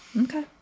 Okay